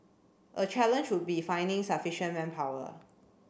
a challenge would be finding sufficient manpower